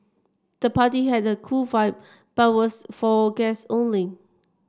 the party had a cool vibe but was for guests only